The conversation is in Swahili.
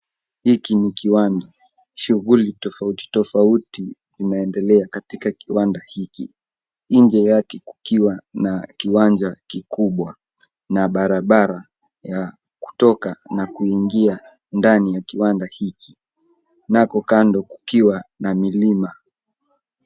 Hiki ni kiwanda. Shughuli tofautitofauti inaendelea katika kiwanda hii, nje yake kukiwa na kiwanja kikubwa na barabara ya kutoka na kuingia ndani ya kiwanda hiki nako kando kukiwa na milima.